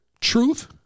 truth